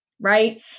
right